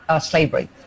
slavery